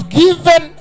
given